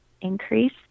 increase